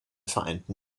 vereinten